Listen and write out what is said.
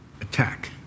attack